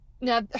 now